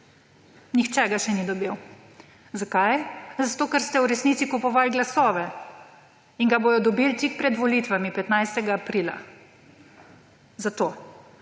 Nihče ga še ni dobil. Zakaj? Zato ker se v resnici kupovali glasove in ga bodo dobili tik pred volitvami, 15. aprila. Zato.